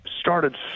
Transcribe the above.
started